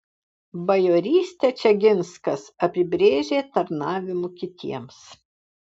bajorystę čeginskas apibrėžė tarnavimu kitiems